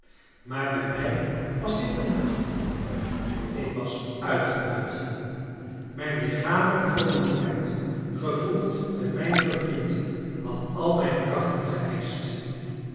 maar bij mij was dit niet het geval ik was uitgeput mijn lichamelijke vermoeidheid gevoegd bij mijn verdriet had al mijn krachten geëischt